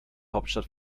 hauptstadt